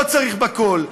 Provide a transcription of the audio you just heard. לא צריך בקול,